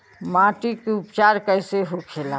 माटी के उपचार कैसे होखे ला?